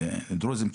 דרוזים,